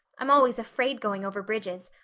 i'm always afraid going over bridges.